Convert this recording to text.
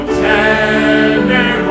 tender